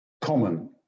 common